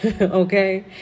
okay